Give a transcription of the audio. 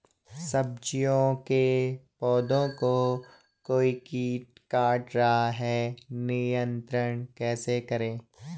सब्जियों के पौधें को कोई कीट काट रहा है नियंत्रण कैसे करें?